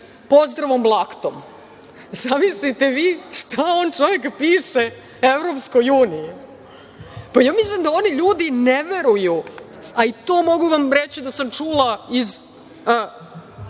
pozdravom laktom. Zamislite vi šta on čovek piše EU. Pa, ja mislim da oni ljudi ne veruju, a i to, mogu vam reći da sam čula iz